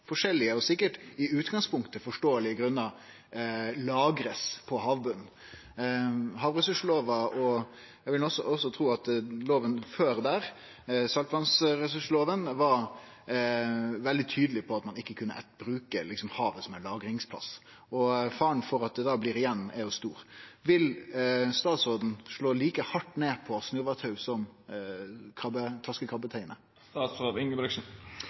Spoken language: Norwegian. og sikkert i utgangspunktet forståelege, grunnar blir lagra på havbotnen. Havressurslova er – og eg vil også tru at lova før, saltvannsfiskeloven, var – veldig tydeleg på at ein ikkje kan bruke havet som ein lagringsplass. Faren for at noko da blir igjen, er jo stor. Vil statsråden slå like hardt ned på snurrevadtau som